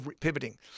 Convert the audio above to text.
pivoting